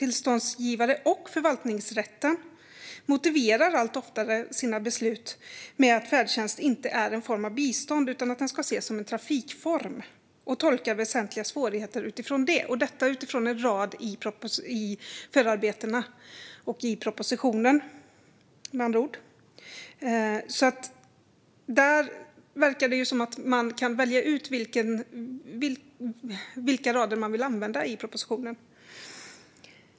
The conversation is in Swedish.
Tillståndsgivare och förvaltningsrätten motiverar allt oftare sina beslut med att färdtjänst inte är en form av bistånd utan ska ses som en trafikform och tolkar "väsentliga svårigheter" utifrån det. Detta gör man utifrån en rad i förarbetena, med andra ord i propositionen. Det verkar alltså som om man kan välja ut vilka rader i propositionen man vill använda.